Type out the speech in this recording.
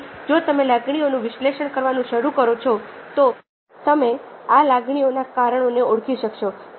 તેથી જો તમે લાગણીઓનું વિશ્લેષણ કરવાનું શરૂ કરો છો તો તમે આ લાગણીઓના કારણોને ઓળખી શકશો